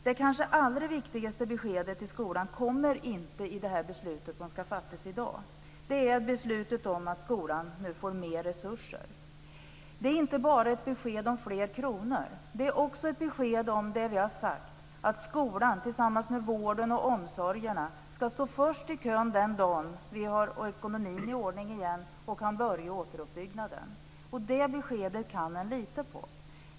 Det kanske allra viktigaste beskedet till skolan kommer inte i det beslutet som skall fattas i dag, utan det är beslutet om att skolan skall få mer resurser. Det är inte bara ett besked om fler kronor. Det är också ett besked om att det vi har sagt om att skolan, tillsammans med vården och omsorgen, skall stå först i kön den dagen som vi har ordning i ekonomin igen och kan börja återuppbyggnaden. Det beskedet kan man lita på.